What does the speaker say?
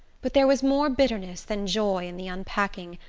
but there was more bitterness than joy in the unpacking,